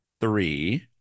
three